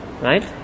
Right